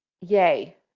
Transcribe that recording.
yay